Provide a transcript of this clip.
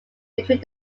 between